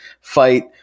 Fight